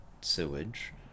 sewage